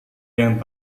yang